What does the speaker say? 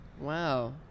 Wow